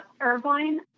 Irvine